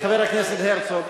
חבר הכנסת הרצוג,